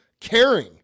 caring